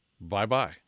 Bye-bye